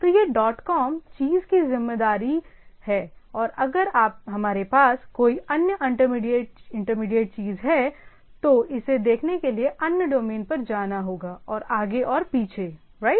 तो यह dot com चीज़ की ज़िम्मेदारी है और अगर हमारे पास कोई अन्य इंटरमीडिएट चीज़ है तो इसे देखने के लिए अन्य डोमेन पर जाना होगा और आगे और पीछे राइट